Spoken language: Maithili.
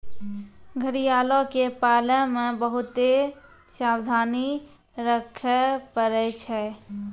घड़ियालो के पालै मे बहुते सावधानी रक्खे पड़ै छै